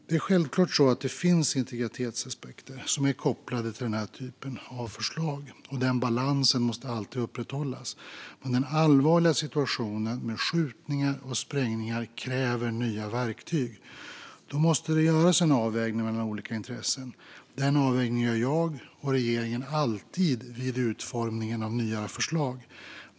Det är självklart så att det finns integritetsaspekter som är kopplade till den här typen av förslag, och en balans måste alltid upprätthållas. Men den allvarliga situationen med skjutningar och sprängningar kräver nya verktyg. Det måste då göras en avvägning mellan olika intressen, och denna avvägning gör jag och regeringen alltid vid utformningen av nya förslag.